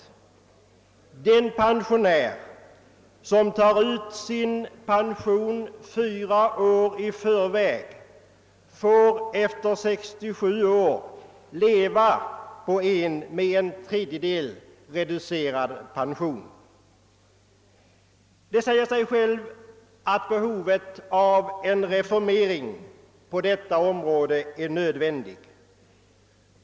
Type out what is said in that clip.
Den som tar ut sin pension fyra år i förväg får efter 67 år således leva på en med en tredjedel reducerad pension. Det säger sig självt att behovet av en reformering på detta område är stort.